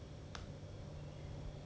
oh